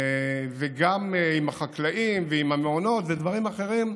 וגם החקלאים והמעונות, זה דברים אחרים.